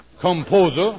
composer